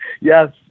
Yes